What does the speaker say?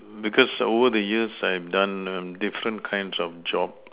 because over the years I've done uh different kinds of job